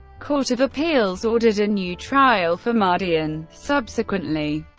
court of appeals ordered a new trial for mardian subsequently,